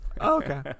okay